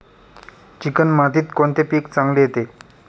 Chicken मातीत कोणते पीक चांगले येते?